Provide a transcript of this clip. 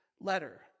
letter